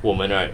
我们 right